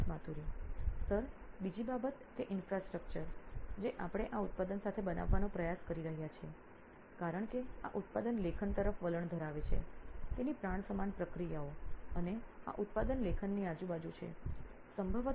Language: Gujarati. સિદ્ધાર્થ માતુરી સીઇઓ નોઇન ઇલેક્ટ્રોનિક્સ સર બીજી બાબત તે ઈન્ફ્રાસ્ટ્રક્ચર છે જે આપણે આ ઉત્પાદન સાથે બનાવવાનો પ્રયાસ કરી રહ્યા છીએ કારણ કે આ ઉત્પાદન લેખન તરફ વલણ ધરાવે છે તેની પ્રાણ સમાન પ્રક્રિયાઓ અને આ ઉત્પાદન લેખનની આજુબાજુ છે